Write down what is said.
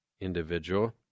individual